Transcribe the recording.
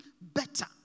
better